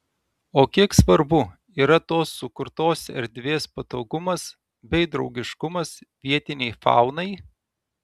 o kiek svarbu yra tos sukurtos erdvės patogumas bei draugiškumas vietinei faunai